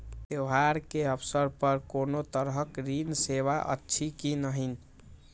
त्योहार के अवसर पर कोनो तरहक ऋण सेवा अछि कि नहिं?